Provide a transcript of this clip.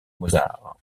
mozart